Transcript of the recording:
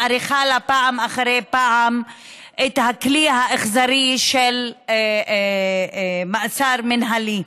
היא מאריכה לה פעם אחר פעם את הכלי האכזרי של מעצר מינהלי.